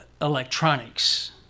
electronics